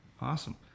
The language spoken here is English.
Awesome